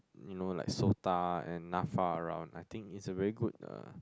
you know like Sota and Nafa around I think it's a very good uh